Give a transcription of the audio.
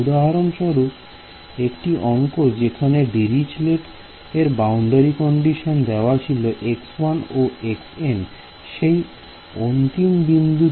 উদাহরণস্বরূপ একটি অংক যেখানে দিরিচলেট এর বাউন্ডারি কন্ডিশন Dirichlet's boundary conditionদেওয়া ছিল x1 ও xN